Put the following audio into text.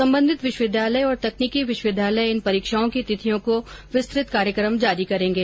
सम्बन्धित विश्वविद्यालय और तकनीकी विश्वविद्यालय इन परीक्षाओं की तिथियों का विस्तृत कार्यक्रम जारी करेंगे